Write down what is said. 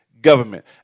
government